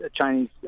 Chinese